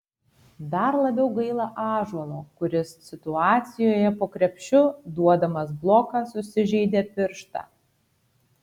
dar labiau gaila ąžuolo kuris situacijoje po krepšiu duodamas bloką susižeidė pirštą